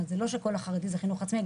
זאת אומרת לא כל החרדי זה חינוך עצמאי.